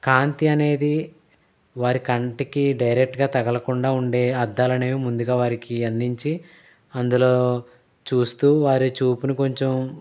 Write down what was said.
కాంతి అనేది వారి కంటికి డైరెక్ట్ గా తగలకుండా ఉండే అద్దాలు అనేవి ముందుగా వారికి అందించి అందులో చూస్తూ వారి చూపును కొంచెం